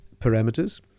parameters